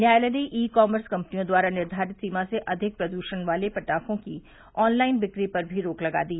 न्यायालय ने e commerce कंपनियों द्वारा निर्घारित सीमा से अधिक प्रद्षण वाले पटाखों की ऑन लाइन बिक्री पर भी रोक लगा दी